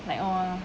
like !wah!